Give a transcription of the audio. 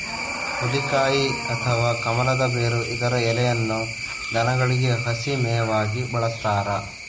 ಹುಲಿಕಾಯಿ ಅಥವಾ ಕಮಲದ ಬೇರು ಇದರ ಎಲೆಯನ್ನು ದನಗಳಿಗೆ ಹಸಿ ಮೇವಾಗಿ ಬಳಸ್ತಾರ